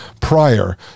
prior